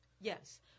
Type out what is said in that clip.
Yes